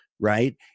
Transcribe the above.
right